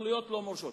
התנחלויות לא מורשות.